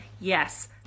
yes